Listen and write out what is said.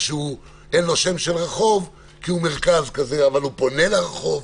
אבל הוא פונה לרחוב,